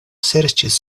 serĉis